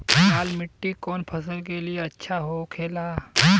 लाल मिट्टी कौन फसल के लिए अच्छा होखे ला?